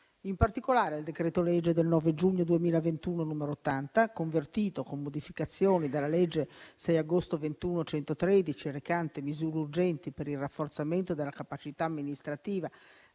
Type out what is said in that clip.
In particolare, il decreto-legge del 9 giugno 2021, n. 80, convertito con modificazioni dalla legge 6 agosto 2021, n. 113, recante misure urgenti per il rafforzamento della capacità amministrativa